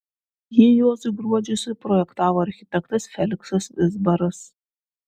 jį juozui gruodžiui suprojektavo architektas feliksas vizbaras